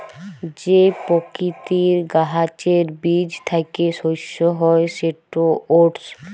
যে পকিতির গাহাচের বীজ থ্যাইকে শস্য হ্যয় সেট ওটস